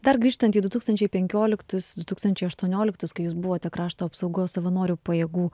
dar grįžtant į du tūkstančiai penkioliktus du tūkstančiai aštuonioliktus kai jūs buvote krašto apsaugos savanorių pajėgų